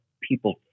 people